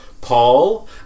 Paul